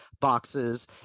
boxes